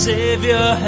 Savior